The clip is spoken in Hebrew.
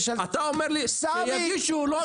אבל --- אתה אומר לי שיגיד שהוא לא,